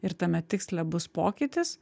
ir tame tiksle bus pokytis